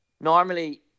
normally